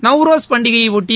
Navroz பண்டிகையைடுட்டி